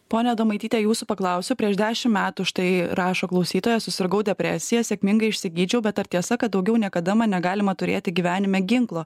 pone adomaityte jūsų paklausiu prieš dešim metų štai rašo klausytoja susirgau depresija sėkmingai išsigydžiau bet ar tiesa kad daugiau niekada negalima turėti gyvenime ginklo